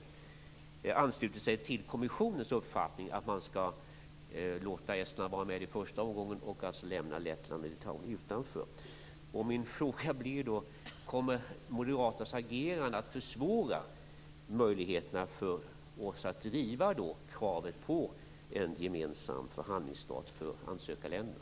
De har nu anslutit sig till kommissionens uppfattning att man skall låta Estland vara med i första omgången och alltså lämna Lettland och Litauen utanför. Min fråga blir då: Kommer moderaternas agerande att försvåra möjligheterna för oss att driva kravet på en gemensam förhandlingsstart för ansökarländerna?